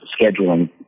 scheduling